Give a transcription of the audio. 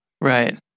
Right